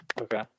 Okay